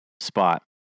spot